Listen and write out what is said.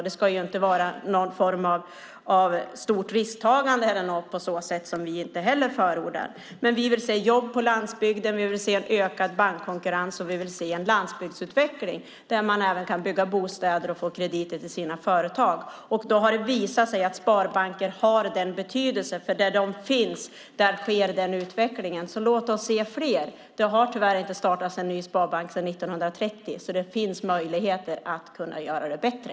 Det ska inte vara någon form av stort risktagande på ett sådant sätt som inte heller vi förordar. Men vi vill se jobb på landsbygden, en ökad bankkonkurrens och en landsbygdsutveckling där man även kan bygga bostäder och få krediter till sina företag. Då har det visat sig att sparbanker har den betydelsen. Där de finns, där sker den utvecklingen. Låt oss se fler! Det har tyvärr inte startats en ny sparbank sedan 1930, så det finns möjligheter att göra det bättre.